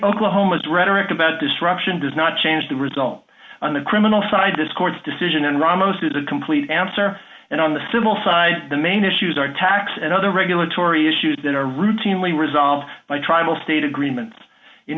oklahoma's rhetoric about disruption does not change the result on the criminal side this court's decision in ramos is a complete answer and on the civil side the main issues are tax and other regulatory issues that are routinely resolved by tribal state agreements in